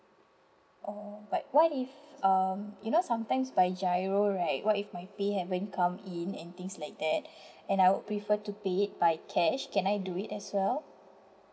oh but what if um you know sometimes by giro right what if my pay haven't come in anythings like that and I would prefer to pay it by cash can I do it as well